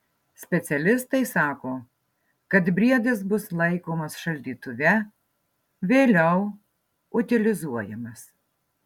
specialistai sako kad briedis bus laikomas šaldytuve vėliau utilizuojamas